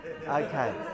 Okay